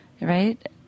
right